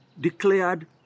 declared